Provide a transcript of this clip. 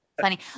funny